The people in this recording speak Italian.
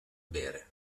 bere